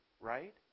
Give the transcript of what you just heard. right